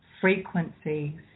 frequencies